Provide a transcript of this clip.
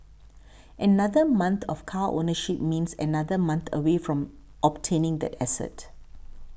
another month of car ownership means another month away from obtaining that asset